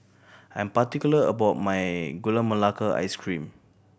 I'm particular about my Gula Melaka Ice Cream